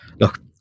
look